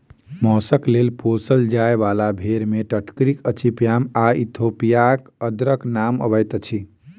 मौसक लेल पोसल जाय बाला भेंड़ मे टर्कीक अचिपयाम आ इथोपियाक अदलक नाम अबैत अछि